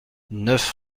neuf